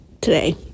today